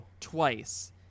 twice